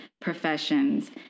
professions